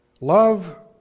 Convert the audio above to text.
Love